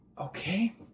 Okay